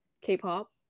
K-pop